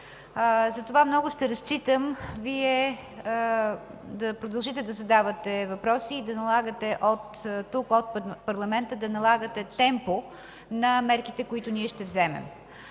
затова много ще разчитам Вие да продължите да задавате въпроси и тук от парламента да налагате темпо на мерките, които ние ще вземем.